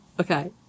Okay